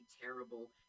terrible